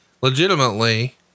legitimately